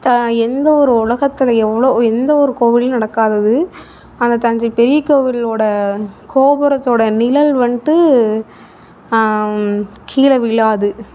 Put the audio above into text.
த எந்த ஒரு உலகத்தில் எவ்வளோ எந்த ஒரு கோவில்லும் நடக்காதது அந்த தஞ்சை பெரியக் கோவிலோடய கோபுரத்தோடய நிழல் வந்துட்டு கீழே விழாது